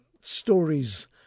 stories